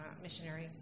missionary